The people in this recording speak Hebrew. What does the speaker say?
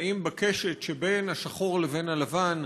שנמצאים בקשת שבין השחור לבין הלבן,